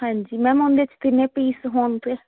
ਹਾਂਜੀ ਮੈਮ ਉਹਦੇ ਚ ਕਿੰਨੇ ਪੀਸ ਹੋਣਗੇ